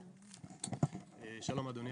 שלום אדוני